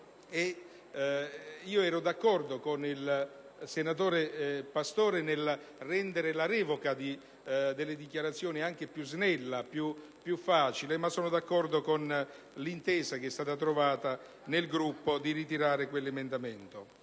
Ero d'accordo con il senatore Pastore nel rendere le modalità di revoca delle dichiarazioni anche più snelle, più semplici, ma concordo con l'intesa che è stata trovata nel Gruppo di ritirare quell'emendamento.